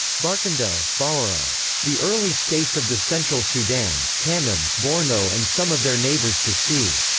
barkindo, bawuro the early states of the central sudan kanem, borno and some of their neighbours to c.